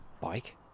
bike